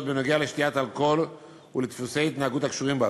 בנוגע לשתיית אלכוהול ולדפוסי התנהגות הקשורים באלכוהול.